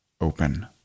open